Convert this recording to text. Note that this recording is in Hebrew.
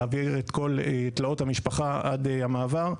להעביר את כל תלאות המשפחה עד המעבר.